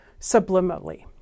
subliminally